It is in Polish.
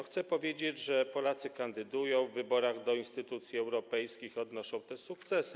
Chcę powiedzieć, że Polacy kandydują w wyborach do instytucji europejskich, odnoszą też sukcesy.